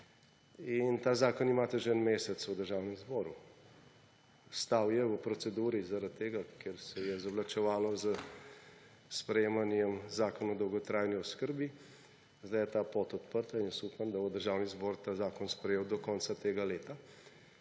In ta zakon imate že en mesec v Državnem zboru. Stal je v proceduri zaradi tega, ker se je zavlačevalo s sprejetjem Zakona o dolgotrajni oskrbi. Zdaj je ta pot odprta in jaz upam, da bo Državni zbor ta zakon sprejel do konca tega leta,